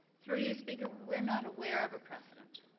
through ewe you, speaker, we are not aware of a precedence.